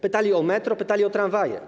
Pytali o metro, pytali o tramwaje.